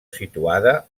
situada